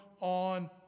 on